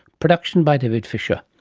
produced and by david fisher.